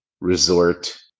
resort